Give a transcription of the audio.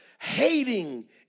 hating